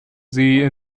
see